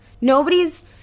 nobody's